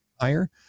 higher